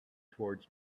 towards